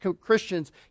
Christians